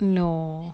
no